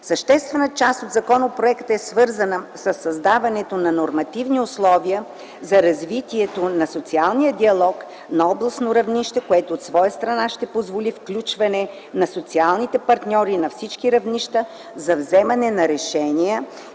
Съществена част от законопроекта е свързана със създаването на нормативни условия за развитието на социалния диалог на областно равнище, което от своя страна ще позволи включване на социалните партньори на всички равнища на вземане на решения